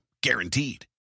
guaranteed